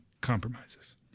compromises